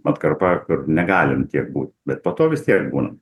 atkarpa kur negalim tiek būt bet po to vis tiek būnam